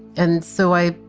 and so i.